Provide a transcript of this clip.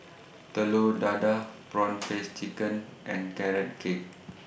Telur Dadah Prawn Paste Chicken and Carrot Cake